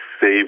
save